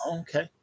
okay